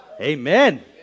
Amen